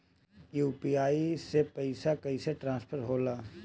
UPI से पैसा कैसे ट्रांसफर होला?